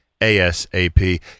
ASAP